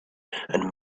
and